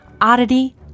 oddity